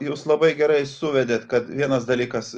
jūs labai gerai suvedėt kad vienas dalykas